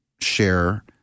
share